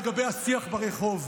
לגבי השיח ברחוב.